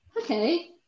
okay